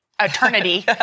eternity